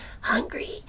hungry